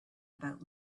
about